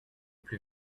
plus